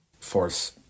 force